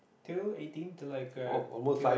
till eighteen till like till like